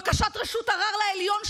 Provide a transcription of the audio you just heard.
בקשת רשות ערעור לעליון,